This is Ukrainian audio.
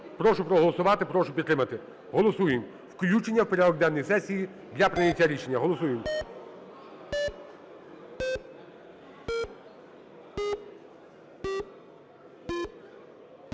Прошу проголосувати. Прошу підтримати. Голосуємо. Включення в порядок денний сесії для прийняття рішення. Голосуємо.